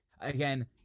Again